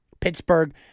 Pittsburgh